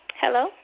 Hello